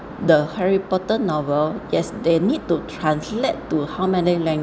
the harry potter novel yes they need to translate to how many